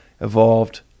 evolved